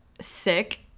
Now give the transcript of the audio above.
sick